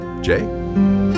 Jay